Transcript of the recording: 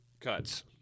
Cuts